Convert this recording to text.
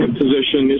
position